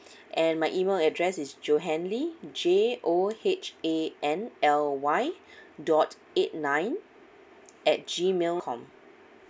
and my email address is johanly J O H A N L Y dot eight nine at G mail com